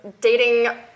dating